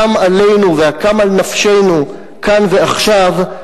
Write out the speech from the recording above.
הקם עלינו והקם על נפשנו כאן ועכשיו,